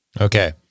Okay